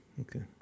Okay